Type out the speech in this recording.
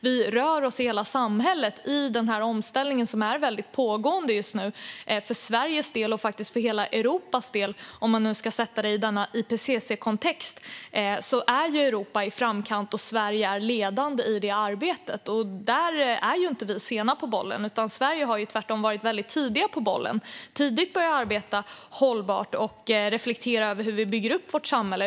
Vi rör oss i hela samhället mot den omställning som just nu är i hög grad pågående för Sveriges och hela Europas del. Om man ska sätta det i IPCC-kontext är Europa i framkant, och Sverige är ledande i det arbetet. Där är vi inte sena på bollen. Sverige har tvärtom varit väldigt tidigt på bollen. Vi har tidigt börjat arbeta hållbart och reflektera över hur vi bygger upp vårt samhälle.